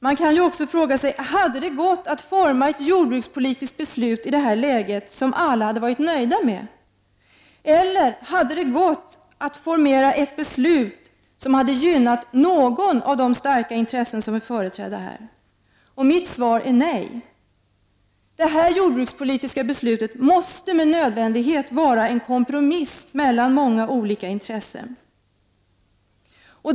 Man kan också ställa frågan om det i detta läge hade varit möjligt att utforma ett jordbrukspolitiskt beslut som alla hade varit nöjda med, eller om det hade varit möjligt att komma fram till ett beslut som hade gynnat någon av de starka intressen som är företrädda här. Mitt svar är nej. Det här jordbrukspolitiska beslutet måste med nödvändighet vara en kompromiss mellan många olika intressen.